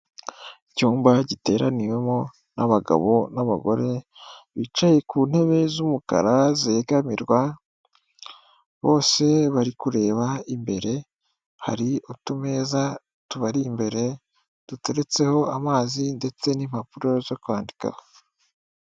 Icyumba giteraniwemo n'abagabo n'abagore bicaye ku ntebe z'umukara zegamirwa bose bari kureba imbere, hari utumeza tubari imbere duteretseho amazi ndetse n'impapuro zo kwandikaho.